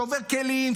שובר כלים,